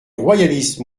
royaliste